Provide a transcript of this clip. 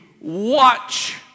watch